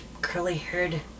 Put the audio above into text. curly-haired